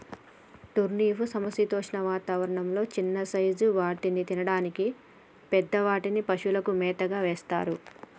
turnip సమశీతోష్ణ వాతావరణం లొ చిన్న సైజ్ వాటిని తినడానికి, పెద్ద వాటిని పశువులకు మేతగా వేస్తారు